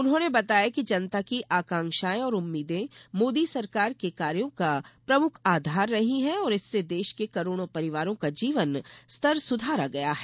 उन्होंने बताया कि जनता की आकांक्षाएं और उम्मीदें मोदी सरकार के कार्यों का प्रमुख आधार रही हैं और इससे देश के करोड़ों परिवारों का जीवन स्तर सुधारा गया है